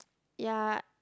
ya